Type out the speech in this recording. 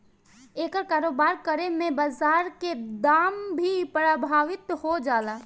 एकर कारोबार करे में बाजार के दाम भी प्रभावित हो जाला